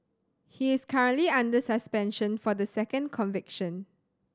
he is currently under suspension for the second conviction